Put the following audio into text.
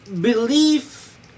belief